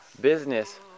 business